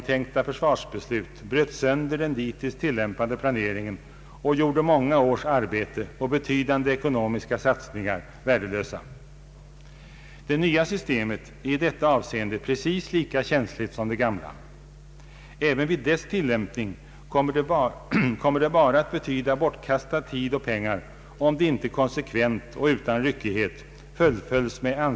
En tillämpning av det nya systemet kunde ske inom ramen för gällande budgetprinciper.